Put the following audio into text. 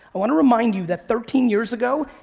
i wanna remind you that thirteen years ago,